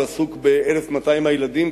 הוא עסוק ב-1,200 הילדים,